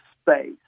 space